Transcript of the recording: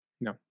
No